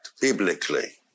biblically